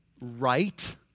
right